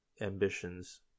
ambitions